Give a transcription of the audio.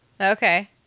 okay